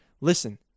Listen